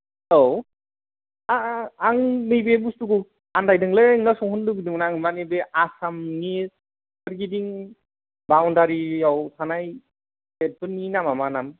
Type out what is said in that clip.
औ आ आं नैबे बुस्थु खौ आन्दायदोंलै नोंनाव सोंहरनो लुबैदोंमोन आं माने बे आसामनि सोरगिदिं बावन्दारियाव थानाय स्टेटफोरनि नामा मा नाम